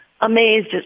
amazed